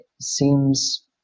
seems